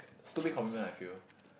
stupid commitment I feel